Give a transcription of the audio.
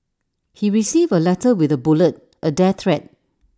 he received A letter with A bullet A death threat